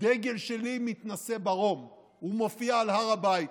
הדגל שלי מתנשא ברום, הוא מופיע על הר הבית.